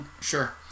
Sure